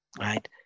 Right